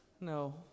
No